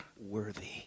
worthy